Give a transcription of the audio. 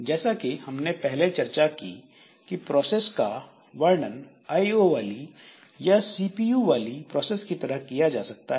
जैसा कि हमने पहले चर्चा की कि प्रोसेस का वर्णन आई ओ वाली या सीपीयू वाली प्रोसेस की तरह किया जा सकता है